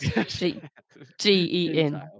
G-E-N